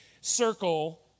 circle